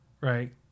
right